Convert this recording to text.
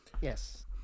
yes